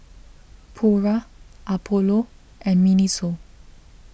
Pura Apollo and Miniso